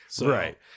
Right